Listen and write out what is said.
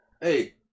Hey